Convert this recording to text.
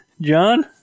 John